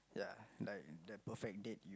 ya like the perfect date